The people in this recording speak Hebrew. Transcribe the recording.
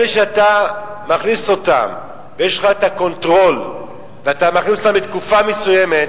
אלה שאתה מכניס אותם ויש לך את הקונטרול ואתה מכניס אותם לתקופה מסוימת,